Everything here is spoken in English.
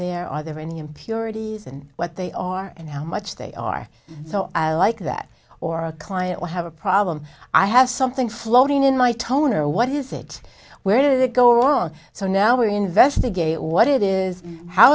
there are there any impurities and what they are and how much they are so i like that or a client would have a problem i have something floating in my toner what is it where did it go wrong so now we investigate what it is how